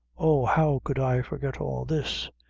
oh, how could i forget all this?